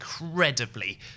incredibly